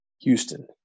Houston